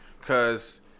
Cause